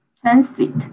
Transit